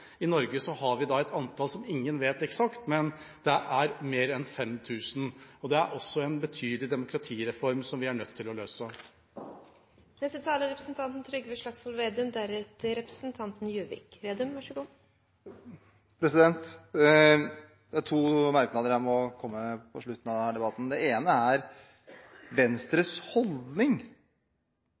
I Norge kjenner vi ikke det eksakte antallet, men det er mer enn 5 000. Det er også en betydelig demokratidimensjon vi er nødt til å løse. Representanten Trygve Slagsvold Vedum har hatt ordet to ganger tidligere og får ordet til en kort merknad, begrenset til 1 minutt. Det er to merknader jeg må komme med på slutten av debatten. Den ene er om Venstres holdning